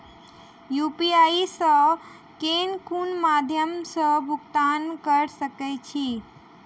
UPI सऽ केँ कुन मध्यमे मे भुगतान कऽ सकय छी?